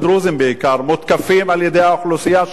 מותקפים על-ידי האוכלוסייה שלהם,